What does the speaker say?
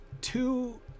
two